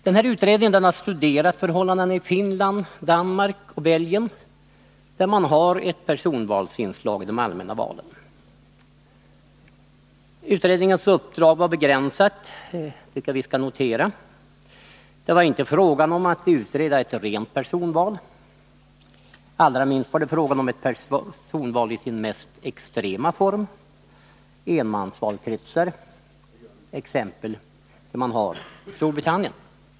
Den utredningen har studerat förhållandena i Finland, Danmark och Belgien, där man har ett personvalsinslag i de allmänna valen. Utredningens uppdrag var begränsat, det skall vi notera. Det var inte fråga om att utreda ett rent personval, och allra minst var det fråga om ett personval i den mest extrema formen, dvs. enmansvalkretsar, som man har exempelvis i Storbritannien.